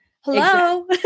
hello